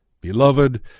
Beloved